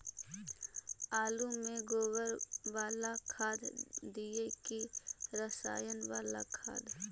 आलु में गोबर बाला खाद दियै कि रसायन बाला खाद?